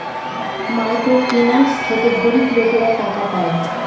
micro finance থেকে গরিব লোকেরা টাকা পায়